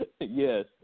yes